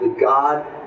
God